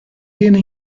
viene